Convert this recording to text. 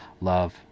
love